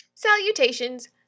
Salutations